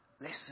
listen